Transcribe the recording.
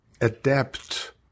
adapt